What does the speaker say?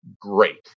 great